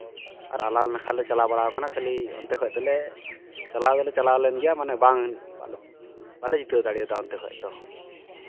ᱟᱨ ᱟᱞᱟᱞ ᱢᱮᱥᱟ ᱞᱮ ᱪᱟᱞᱟᱣ ᱵᱟᱲᱟ ᱠᱟᱱᱟ ᱠᱷᱟᱹᱞᱤ ᱚᱱᱛᱮ ᱠᱷᱚᱡ ᱫᱚᱞᱮ ᱪᱟᱞᱟᱣ ᱫᱚᱞᱮ ᱪᱟᱞᱟᱣ ᱞᱮᱱ ᱜᱮᱭᱟ ᱢᱟᱱᱮ ᱵᱟᱝ ᱵᱟᱞᱮ ᱡᱤᱛᱟᱹᱣ ᱫᱟᱲᱮᱭᱟᱫᱟ ᱚᱵᱛᱮ ᱠᱷᱚᱡ ᱫᱚ